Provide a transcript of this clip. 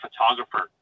photographer